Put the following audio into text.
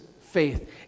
faith